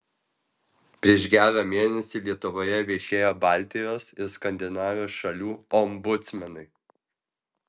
prieš gerą mėnesį lietuvoje viešėjo baltijos ir skandinavijos šalių ombudsmenai